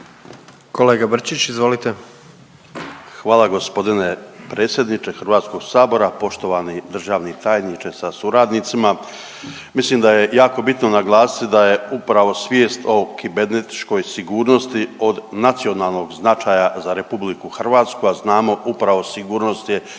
**Brčić, Luka (HDZ)** Hvala g. predsjedniče HS-a, poštovani državni tajniče sa suradnicima. Mislim da je jako bitno naglasiti da je upravo svijest o kibernetičkoj sigurnosti od nacionalnog značaja za RH, a znamo, upravo sigurnost je